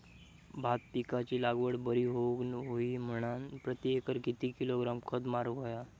भात पिकाची लागवड बरी होऊक होई म्हणान प्रति एकर किती किलोग्रॅम खत मारुक होया?